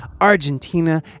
Argentina